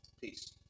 Peace